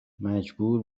مجبور